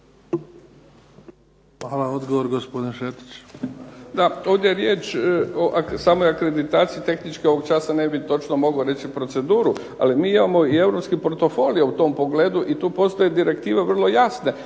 Hvala. Odgovor, gospodin Šetić.